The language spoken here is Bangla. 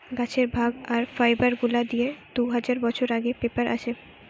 গাছের ভাগ আর ফাইবার গুলা দিয়ে দু হাজার বছর আগে পেপার আসে